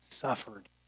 Suffered